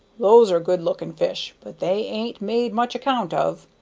those are good-looking fish, but they an't made much account of,